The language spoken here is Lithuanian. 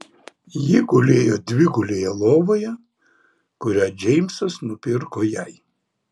ji gulėjo dvigulėje lovoje kurią džeimsas nupirko jai